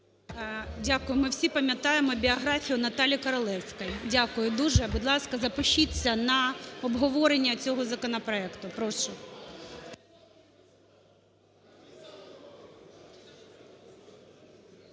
Дякуємо. Ми всі пам'ятаємо біографію Наталії Королевської. Дякую дуже. Будь ласка, запишіться на обговорення цього законопроекту. Прошу.